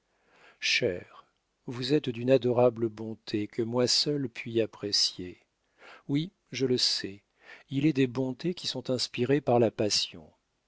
cher vous êtes d'une adorable bonté que moi seule puis apprécier oui je le sais il est des bontés qui sont inspirées par la passion